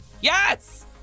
Yes